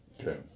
okay